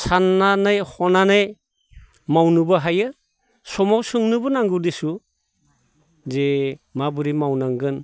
साननानै हनानै मावनोबो हायो समाव सोंनोबो नांगौ देसु जे माबोरै मावनांगोन